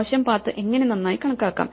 മോശം പാത്ത് എങ്ങനെ നന്നായി കണക്കാക്കാം